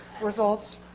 results